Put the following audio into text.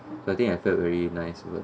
so I think I felt very nice